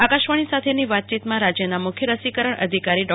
આકાશવાણી સાથેની વાતચીતમાં રાજયમાં મુખ્ય રસીકરણ અધિકારી ડો